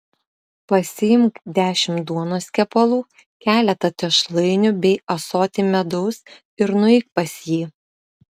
pasiimk dešimt duonos kepalų keletą tešlainių bei ąsotį medaus ir nueik pas jį